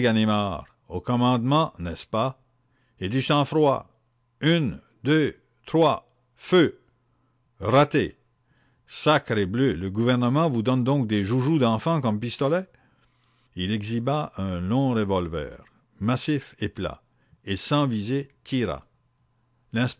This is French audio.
ganimard au commandement n'est-ce pas et du sang-froid une deux trois feu raté sacrebleu le gouvernement vous donne donc des joujous d'enfant comme pistolets il exhiba un long revolver massif et plat et sans viser tira